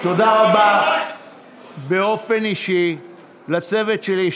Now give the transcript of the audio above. תודה רבה באופן אישי לצוות שלי,